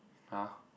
!huh!